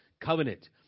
covenant